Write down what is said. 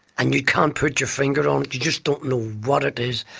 and you can't put your finger on it, you just don't know what it is,